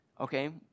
Okay